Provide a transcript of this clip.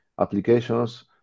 applications